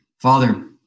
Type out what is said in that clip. Father